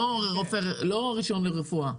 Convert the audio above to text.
לא על רישיון לרפואה.